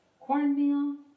cornmeal